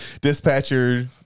dispatcher